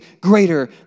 greater